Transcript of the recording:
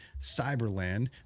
Cyberland